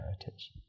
heritage